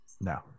No